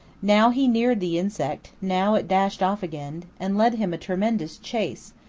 now he neared the insect now it dashed off again, and led him a tremendous chase,